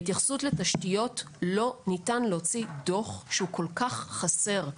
בהתייחסות לתשתיות לא ניתן להוציא דוח שהוא כל כך חסר,